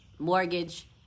mortgage